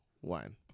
one